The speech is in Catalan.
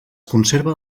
conserva